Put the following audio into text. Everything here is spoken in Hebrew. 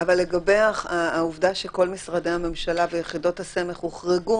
אבל לגבי העובדה שכל משרדי הממשלה ויחידות הסמך הוחרגו